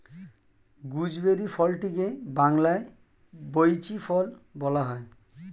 gooseberry ফলটিকে বাংলায় বৈঁচি ফল বলা হয়